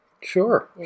Sure